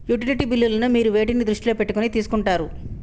Utility బిల్లులను మీరు వేటిని దృష్టిలో పెట్టుకొని తీసుకుంటారు?